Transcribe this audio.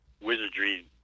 wizardry